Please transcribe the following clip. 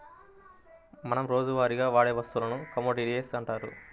మనం రోజువారీగా వాడే వస్తువులను కమోడిటీస్ అంటారు